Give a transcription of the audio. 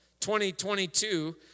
2022